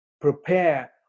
prepare